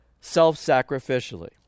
self-sacrificially